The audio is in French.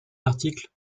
l’article